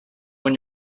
when